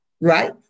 right